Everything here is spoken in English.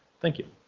thank you.